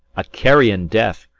a carrion death,